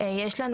יש לנו